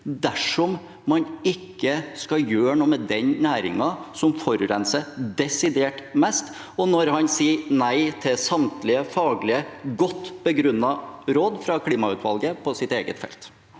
dersom man ikke skal gjøre noe med den næringen som forurenser desidert mest, og når han sier nei til samtlige faglige, godt begrunnede råd fra klimautvalget på sitt eget felt?